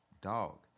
dog